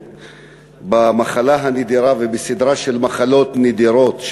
במחלה הנדירה ובסדרה של מחלות נדירות,